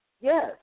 yes